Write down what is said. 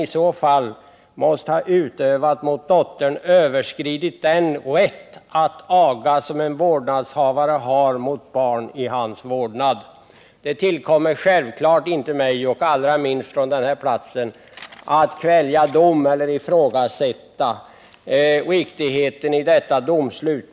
i så fall må ha utövat mot dottern överskridit den rätt att aga, som en vårdnadshavare har mot barn i hans vårdnad.” Det tillkommer självfallet inte mig, allra minst från den här platsen, att kvälja dom eller ifrågasätta riktigheten i detta domslut.